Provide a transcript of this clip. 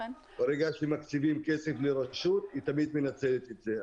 ברגע שמקציבים כסף לרשות, היא תמיד מנצלת את זה.